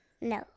No